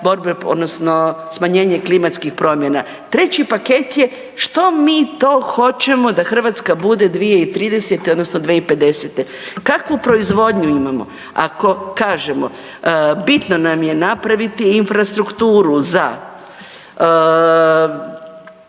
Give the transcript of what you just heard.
odnosno smanjenje klimatskih promjena. Treći paket je što mi to hoćemo da Hrvatska bude 2030. odnosno 2050., kakvu proizvodnju imamo. Ako kažemo bitno nam je napraviti infrastrukturu za